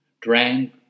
drank